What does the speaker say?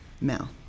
Mel